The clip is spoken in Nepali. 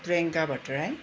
प्रियङ्का भट्टराई